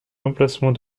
l’emplacement